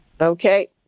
Okay